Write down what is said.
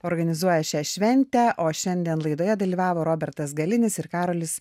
organizuoja šią šventę o šiandien laidoje dalyvavo robertas galinis ir karolis